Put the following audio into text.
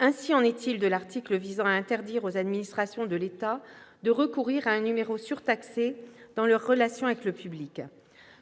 Ainsi en est-il de l'article visant à interdire aux administrations de l'État de recourir à un numéro surtaxé dans leurs relations avec le public.